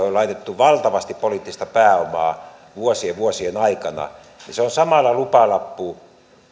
on laitettu valtavasti poliittista pääomaa vuosien ja vuosien aikana niin se on samalla lupalappu